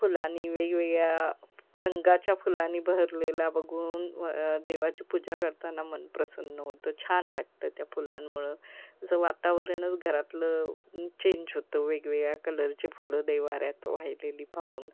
फुलांनी वेगवेगळ्या रंगाच्या फुलांनी भरलेला बघून देवाची पूजा करताना मन प्रसन्न होतं छान वाटतं त्या फुलांमुळं जर वातावरणच घरातलं चेंज होतं वेगवेगळ्या कलरचे फुलं देव्हाऱ्यात वाहिलेली पाहून